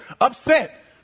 upset